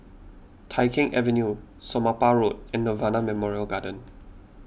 Tai Keng Avenue Somapah Road and Nirvana Memorial Garden